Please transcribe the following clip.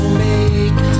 make